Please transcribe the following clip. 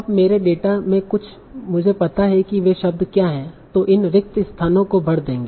अब मेरे डेटा में मुझे पता है कि वे शब्द क्या हैं जो इन रिक्त स्थान को भर देंगे